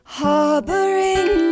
harboring